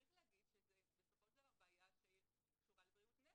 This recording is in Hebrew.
צריך להגיד שזה בסופו של דבר בעיה שקשורה לבריאות נפש.